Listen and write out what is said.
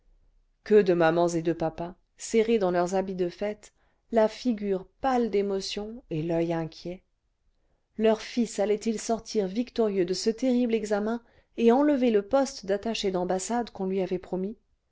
que de mamans et cle papas serrés dans leurs habits de fête la figure pâle d'émotion et l'oeil inquiet leur fils allait-il sortir victorieux cle ce terrible examen et enlever le poste d'attaché d'ambassade qu'on lui avait promis